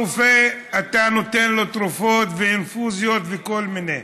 הרופא, אתה נותן לו תרופות ואינפוזיות וכל מיני,